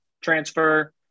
transfer